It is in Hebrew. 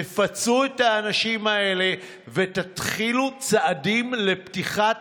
תפצו את האנשים האלה ותתחילו צעדים לפתיחת